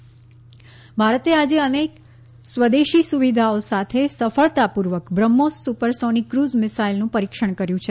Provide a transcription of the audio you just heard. Rajnath DRDO ભારતે આજે અનેક સ્વદેશી સુવિધાઓ સાથે સફળતાપૂર્વક બ્રહ્મોસ સુપરસોનિક ક્રુઝ મિસાઇલનું પરીક્ષણ કર્યું છે